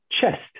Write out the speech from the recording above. chest